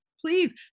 Please